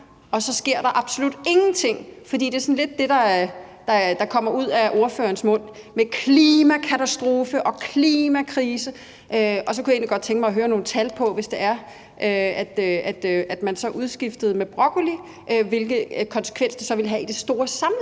og så sker der absolut ingenting? For det er sådan lidt det, der kommer ud af ordførerens mund, altså klimakatastrofe og klimakrise. Og så kunne jeg egentlig godt tænke mig at få nogle tal på, hvordan det så blev, hvis man udskiftede det med broccoli, altså hvilken konsekvens det så ville have i det store samlede